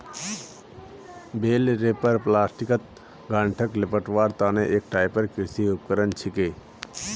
बेल wrapper प्लास्टिकत गांठक लेपटवार तने एक टाइपेर कृषि उपकरण छिके